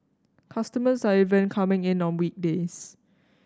customers are even coming in on weekdays